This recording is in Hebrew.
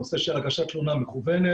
הנושא של הגשת תלונה מקוונת,